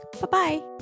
Bye-bye